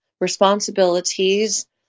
responsibilities